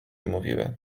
mówiły